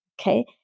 okay